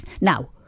Now